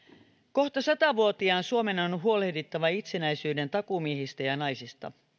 kohta sata vuotiaan suomen on huolehdittava itsenäisyyden takuumiehistä ja naisista